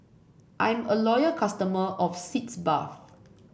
I'm a loyal customer of Sitz Bath